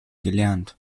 gelernt